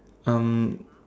um